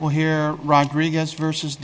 well here rodriguez versus